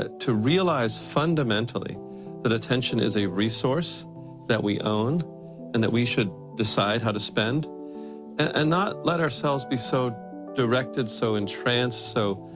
ah to realise fundamentally that attention is a resource that we own and that we should decide how to spend and not let ourselves be so directed, so entranced, so,